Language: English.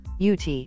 UT